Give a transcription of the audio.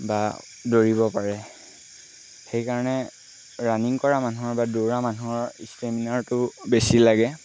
বা দৌৰিব পাৰে সেইকাৰণে ৰানিং কৰা মানুহৰ বা দৌৰা মানুহৰ ষ্টেমিনাৰটো বেছি লাগে